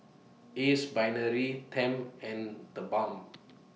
Ace Brainery Tempt and The Balm